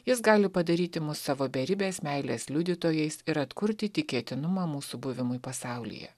jis gali padaryti mus savo beribės meilės liudytojais ir atkurti tikėtinumą mūsų buvimui pasaulyje